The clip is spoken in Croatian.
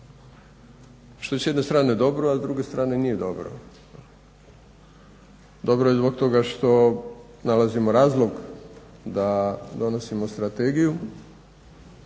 što je s jedne strane dobro a s druge strane nije dobro. Dobro je zbog toga što nalazimo razlog da donosimo strategiju